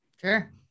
Sure